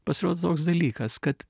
pasirodo toks dalykas kad